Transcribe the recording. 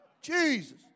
Jesus